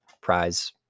Prize